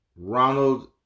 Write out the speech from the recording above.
Ronald